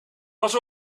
pas